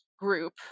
Group